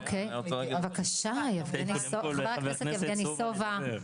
חברת הכנסת יבגני סובה.